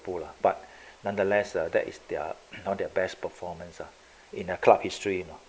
poor lah but nonetheless lah that is there not their best performance ah in a club history you know